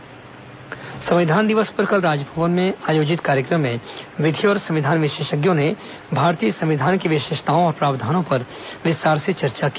राजभवन संविधान दिवस संविधान दिवस पर कल राजभवन में आयोजित कार्यक्रम में विधि और संविधान विशेषज्ञों ने भारतीय संविधान की विशेषताओं और प्रावधानों पर विस्तार से चर्चा की